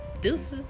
Deuces